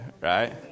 right